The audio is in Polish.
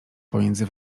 pomiędzy